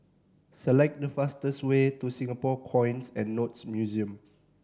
select the fastest way to Singapore Coins and Notes Museum